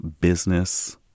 business